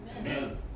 Amen